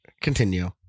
Continue